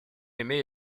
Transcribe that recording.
aimé